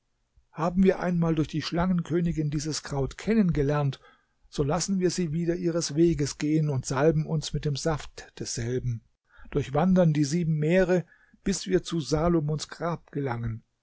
haben wir einmal durch die schlangenkönigin dieses kraut kennengelernt so lassen wir sie wieder ihres weges gehen und salben uns mit dem saft desselben durchwandern die sieben meere bis wir zu salomons grab gelangen